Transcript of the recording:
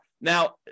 Now